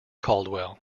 caldwell